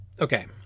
Okay